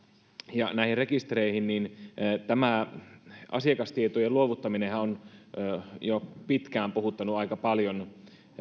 ja näihin rekistereihin niin tämä asiakastietojen luovuttaminenhan on jo pitkään puhuttanut aika paljon